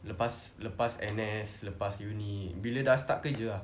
lepas lepas N_S lepas uni bila dah start kerja ah